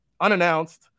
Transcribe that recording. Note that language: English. unannounced